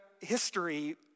history